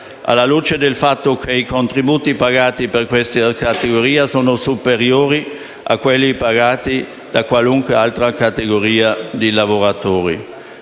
alla luce del fatto che i contributi pagati per questa categoria sono superiori a quelli pagati da qualunque altra categoria di lavoratori.